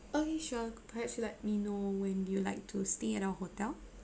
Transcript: okay sure perhaps you let me know when you'd like to stay at our hotel